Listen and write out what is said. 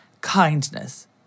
kindness